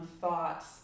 thoughts